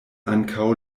ankaŭ